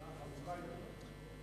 אחרונה חביבה,